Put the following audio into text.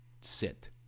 sit